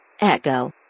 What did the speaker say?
Echo